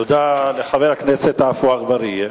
תודה לחבר הכנסת עפו אגבאריה.